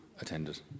attended